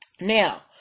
Now